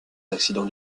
accidents